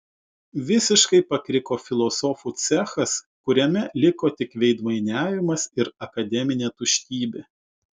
visiškai pakriko filosofų cechas kuriame liko tik veidmainiavimas ir akademinė tuštybė